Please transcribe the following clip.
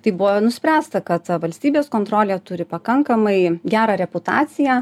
taip buvo nuspręsta kad valstybės kontrolė turi pakankamai gerą reputaciją